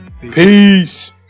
Peace